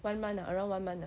one month ah around one month ah